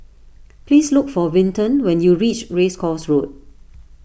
please look for Vinton when you reach Race Course Road